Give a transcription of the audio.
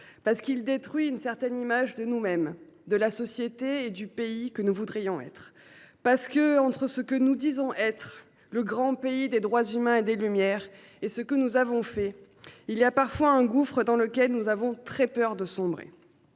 parce qu’il détruit une certaine image de nous mêmes, de la société et du pays que nous voudrions être – parce que, entre ce que nous disons être, le grand pays des droits humains et des Lumières, et ce que nous avons fait, il y a parfois un gouffre dans lequel nous avons très peur de sombrer.